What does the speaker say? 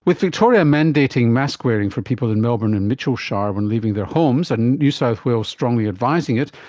with victoria mandating mask wearing for people in melbourne and mitchell shire when leaving their homes, and new south wales strongly advising it,